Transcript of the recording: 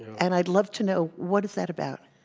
and i'd love to know what is that about?